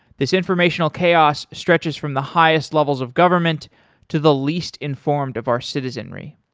this informational chaos stretches from the highest levels of government to the least informed of our citizenry.